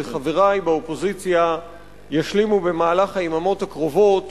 וחברי באופוזיציה ישלימו במהלך היממות הקרובות